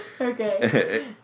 Okay